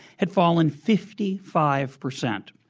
had fallen fifty five percent.